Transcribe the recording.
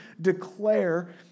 declare